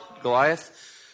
Goliath